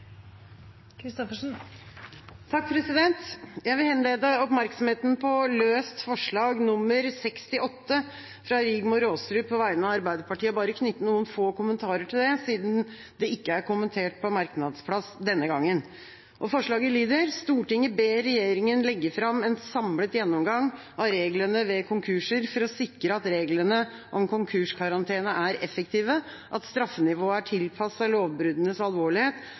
68, fra Rigmor Aasrud på vegne av Arbeiderpartiet, og bare knytte noen få kommentarer til det siden det ikke er kommentert på merknadsplass – denne gangen. Forslaget lyder: «Stortinget ber regjeringen legge frem en samlet gjennomgang av reglene ved konkurser for å sikre at reglene om konkurskarantene er effektive, at straffenivået er tilpasset lovbruddenes alvorlighet